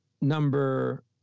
number